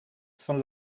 van